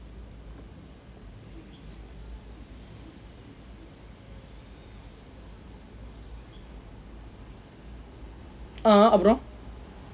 (uh huh) அப்புறம:appuram